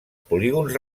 polígons